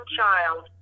child